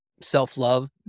self-love